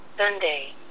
Sunday